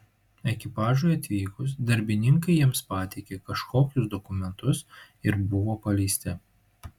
ekipažui atvykus darbininkai jiems pateikė kažkokius dokumentus ir buvo paleisti